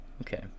Okay